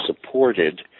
supported